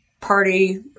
party